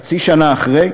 חצי שנה אחרי,